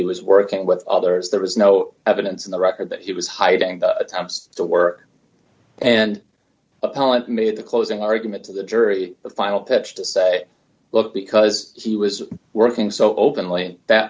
he was working with others there was no evidence in the record that he was hiding the attempts to work and appellate made the closing argument to the jury the final pitch to say look because he was working so openly that